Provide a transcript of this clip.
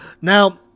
now